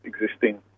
existing